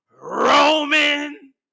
Roman